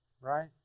Right